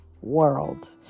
world